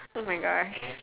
oh my gosh